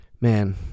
Man